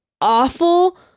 awful